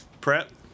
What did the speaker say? Prep